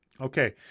Okay